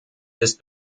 ist